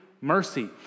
mercy